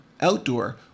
outdoor